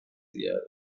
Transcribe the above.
زیاده